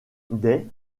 des